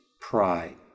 pride